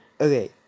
Okay